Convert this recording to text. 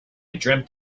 dreamt